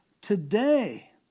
today